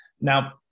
Now